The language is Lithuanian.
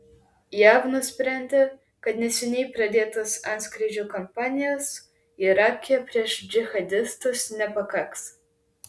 jav nusprendė kad neseniai pradėtos antskrydžių kampanijos irake prieš džihadistus nepakaks